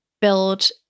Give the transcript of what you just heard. build